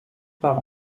par